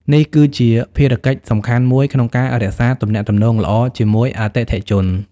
នេះគឺជាភារកិច្ចសំខាន់មួយក្នុងការរក្សាទំនាក់ទំនងល្អជាមួយអតិថិជន។